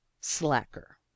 slacker